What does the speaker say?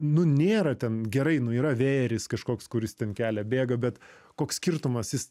nu nėra ten gerai nu yra vėjeris kažkoks kuris ten kelia bėga bet koks skirtumas jis